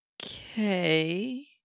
okay